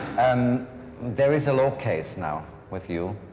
and there is a law case now with you.